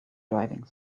driving